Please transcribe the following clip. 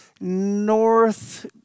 north